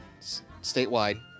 statewide